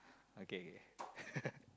okay okay